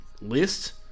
list